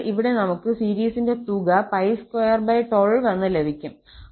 അതിനാൽ ഇവിടെ നമുക്ക് സീരിസിന്റെ തുക 212 എന്ന് ലഭിക്കും